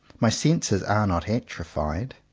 my senses are not atrophied.